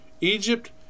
Egypt